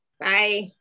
Bye